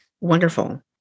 wonderful